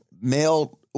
male